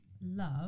love